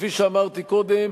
כפי שאמרתי קודם,